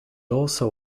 also